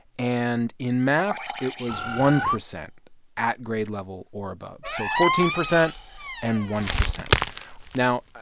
and in math, it was one percent at grade level or above, so fourteen percent and one percent now,